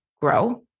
grow